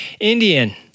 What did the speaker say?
Indian